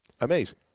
Amazing